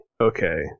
Okay